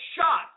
shot